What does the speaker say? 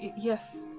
yes